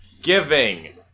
giving